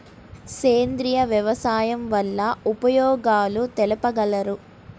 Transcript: సేంద్రియ వ్యవసాయం వల్ల ఉపయోగాలు తెలుపగలరు?